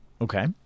Okay